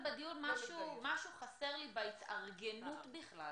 משהו חסר לי בהתארגנות בכלל